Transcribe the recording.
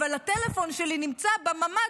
אבל הטלפון שלי נמצא בממ"ד,